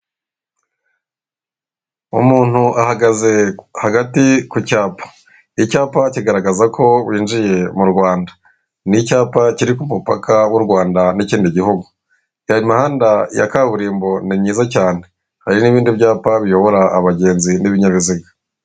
Umuntu ahagaze hagati ku cyapa, icyapa kigaragaza ko winjiye mu Rwanda, ni icyapa kiri ku mupaka w'u Rwanda n'ikindi gihugu. Iyi imihanda ya kaburimbo ni myiza cyane, hari n'ibindi byapa biyobora abagenzi n'ibinyabiziga.